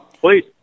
Please